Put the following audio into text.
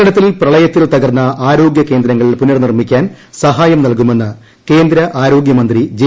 കേരളത്തിൽ പ്രളയത്തിൽ തകർന്ന ആരോഗൃകേന്ദ്രങ്ങൾ പുനർനിർമ്മിക്കാൻ സഹായം നൽകുമെന്ന് കേന്ദ്ര ആരോഗൃമന്ത്രി ജെ